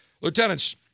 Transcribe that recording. lieutenants